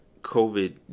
COVID